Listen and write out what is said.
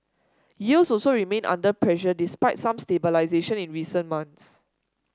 yields also remain under pressure despite some stabilisation in recent months